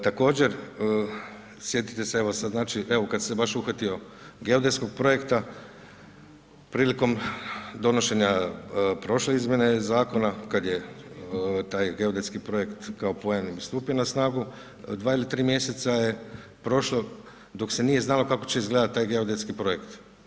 Također sjetite se sada znači, evo kada sam se baš uhvatio geodetskog projekta, prilikom donošenja prošle izmjene zakona, kada je taj geodetski projekt kao pojam stupio na snagu, 2 ili 3 mjeseca je prošlo dok se nije znalo kako će izgledati taj geodetski projekt.